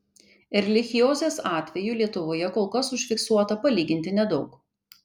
erlichiozės atvejų lietuvoje kol kas užfiksuota palyginti nedaug